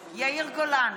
נגד יאיר גולן,